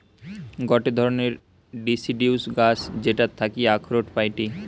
গটে ধরণের ডিসিডিউস গাছ যেটার থাকি আখরোট পাইটি